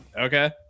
okay